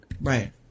Right